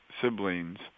siblings